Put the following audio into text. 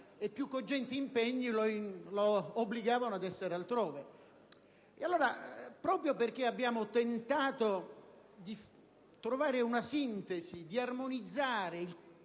e più cogenti impegni lo obbligavano ad essere altrove. Dunque, abbiamo tentato di trovare una sintesi e di armonizzare il